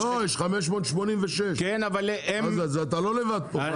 לא, יש 586, אתה לא לבד פה.